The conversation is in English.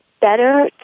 better